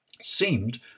seemed